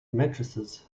matrices